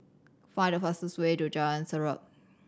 find the fastest way to Jalan Sendudok